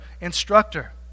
instructor